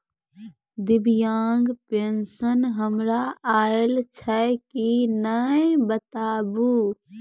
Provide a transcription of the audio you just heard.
दिव्यांग पेंशन हमर आयल छै कि नैय बताबू?